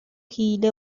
حیله